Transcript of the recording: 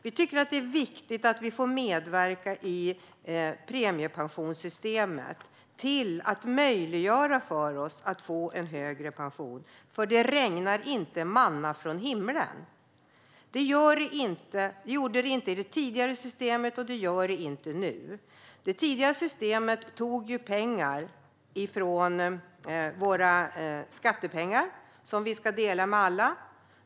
Vi tycker att det är viktigt att vi får medverka i premiepensionssystemet för att möjliggöra en högre pension, för det regnar inte manna från himlen. Det gjorde det inte i det tidigare systemet, och det gör det inte nu. Till det tidigare systemet togs våra skattepengar, som vi alla ska dela.